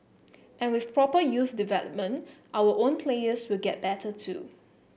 and with proper youth development our own players will get better too